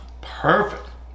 perfect